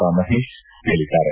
ರಾ ಮಹೇಶ್ ಹೇಳಿದ್ದಾರೆ